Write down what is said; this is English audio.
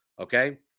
Okay